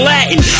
Latin